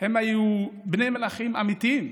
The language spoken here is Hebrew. הם היו בני מלכים אמיתיים,